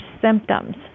symptoms